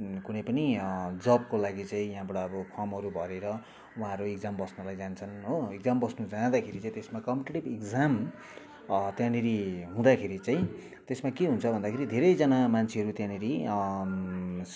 कुनै पनि जबको लागि चाहिँ यहाँबाट अब फर्महरू भरेर उहाँहरू इक्जाम बस्नलाई जान्छन् हो इक्जाम बस्नु जाँदाखेरि चाहिँ त्यसमा कम्पिटेटिभ इक्जाम त्यहाँनिर हुँदाखेरि चाहिँ त्यसमा के हुन्छ भन्दाखेरि धेरैजना मान्छेहरू त्यहाँनिर